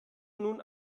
nun